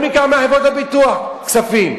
גם ניקח מחברות הביטוח כספים.